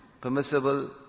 permissible